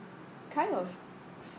kind of